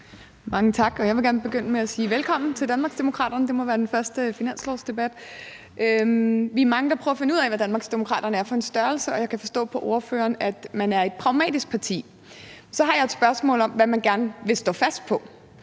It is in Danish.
Mange tak, og jeg vil gerne begynde med at sige velkommen til Danmarksdemokraterne. Det må være jeres første finanslovsdebat. Vi er mange, der prøver at finde ud af, hvad Danmarksdemokraterne er for en størrelse, og jeg kan forstå på ordføreren, at man er et pragmatisk parti. Så har jeg et spørgsmål om, hvad man gerne vil stå fast på.